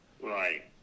Right